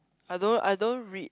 I don't I don't read